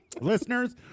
Listeners